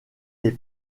les